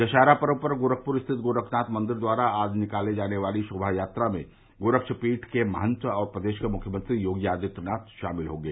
दशहरा पर्व पर गोरखपुर स्थित गोरखनाथ मंदिर द्वारा आज निकाले जाने वाली शोमायात्रा में गोरक्षपीठ के महन्त और प्रदेश के मुख्यमंत्री योगी आदित्यनाथ शामिल होंगे